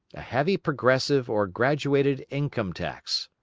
a heavy progressive or graduated income tax.